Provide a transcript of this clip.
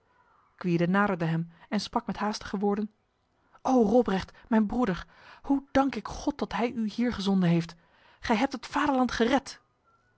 gwyde naderde hem en sprak met haastige woorden o robrecht mijn broeder hoe dank ik god dat hij u hier gezonden heeft gij hebt het vaderland gered